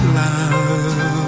love